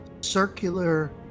circular